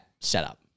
setup